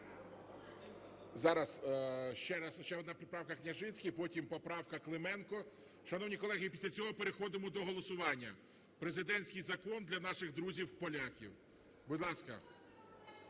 Зараз ще одна поправка, Княжицький. Потім поправка Клименко. Шановні колеги, після цього переходимо до голосування, президентський закон для наших друзів поляків. Будь ласка.